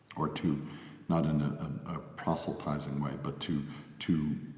or to not in a proselytizing way, but to to